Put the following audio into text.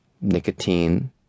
nicotine